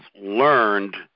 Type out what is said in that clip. learned